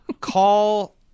call